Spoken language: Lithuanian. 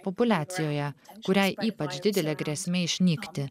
populiacijoje kuriai ypač didelė grėsmė išnykti